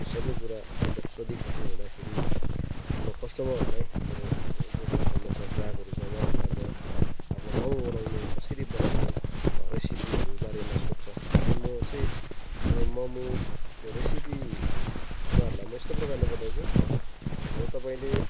त्यो सबै कुरा मतलब सोधिखोजी हुँदाखेरि अब म कस्टमरहरूलाई मेरो अब जो कस्टमर छ ग्राहकहरू छ उहाँहरूलाई म अब मोमो बनाउने कसरी बनाउने रेसिपीहरू बारेमा सोध्छ अनि म चाहिँ अब मोमोको रेसिपी उहाँहरूलाई म यस्तो प्रकारले बताउँछु अब तपाईँले